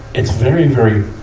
it's very, very,